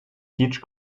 peach